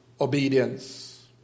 obedience